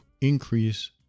increase